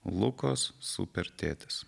lukas super tėtis